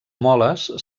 moles